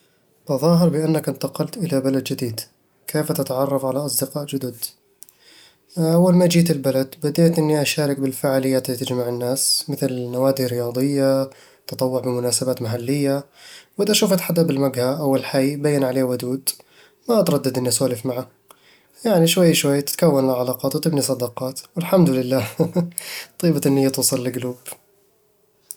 تظاهر بأنك انتقلت الى بلد جديد، كيف تتعرف على اصدقاء جدد؟ أول ما جيت البلد، بديت أني شارك بالفعاليات اللي تجمع الناس، مثل نوادي رياضية، تطوع بمناسبات محلية وإذا شفت حدا بالمقهى أو الحي يبين عليه ودود، ما أتردد اني أسولف معه يعني شوي شوي تتكون العلاقات وتبني صداقات، والحمد لله، طيبة النية توصل القلوب